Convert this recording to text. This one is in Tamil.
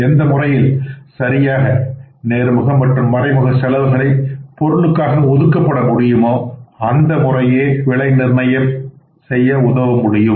எந்த முறையில் சரியாக நேர்முக மற்றும் மறைமுக செலவுகளை பொருளுக்காக ஒதுக்கப்பட முடியுமோ அந்த முறையே விலையை நிர்ணயிக்க உதவ முடியும்